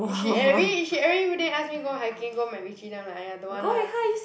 she every she everyday ask me go a hiking go MacRitchie then I'm like I don't want lah